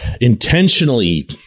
intentionally